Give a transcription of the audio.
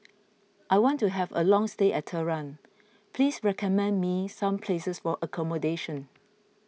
I want to have a long stay at Tehran please recommend me some places for accommodation